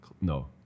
No